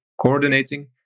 coordinating